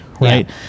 Right